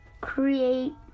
create